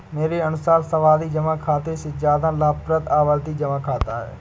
मेरे अनुसार सावधि जमा खाते से ज्यादा लाभप्रद आवर्ती जमा खाता है